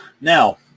Now